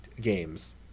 games